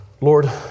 Lord